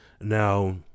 Now